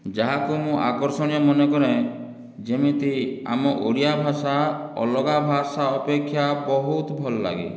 ଯାହାକୁ ମୁଁ ଆକର୍ଷଣୀୟ ମନେ କରେ ଯେମିତି ଆମ ଓଡ଼ିଆ ଭାଷା ଅଲଗା ଭାଷା ଅପେକ୍ଷା ବହୁତ ଭଲଲାଗେ